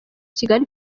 kigali